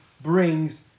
brings